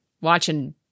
watching